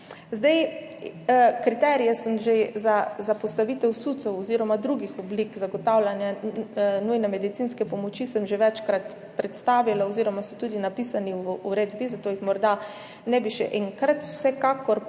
enot. Kriterije za postavitev SUC oziroma drugih oblik zagotavljanja nujne medicinske pomoči sem že večkrat predstavila oziroma so tudi napisani v uredbi, zato jih morda ne bi še enkrat. Vsekakor pa iz